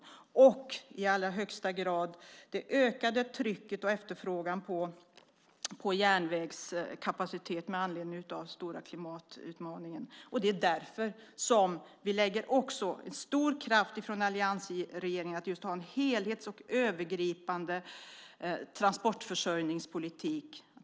Det är också i allra högsta grad ett ökat tryck och efterfrågan på järnvägskapacitet med anledning av den stora klimatutmaningen. Det är därför som vi från alliansregeringen lägger stor kraft på en övergripande transportförsörjningspolitik.